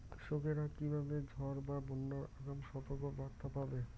কৃষকেরা কীভাবে ঝড় বা বন্যার আগাম সতর্ক বার্তা পাবে?